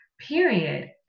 period